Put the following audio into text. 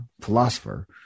philosopher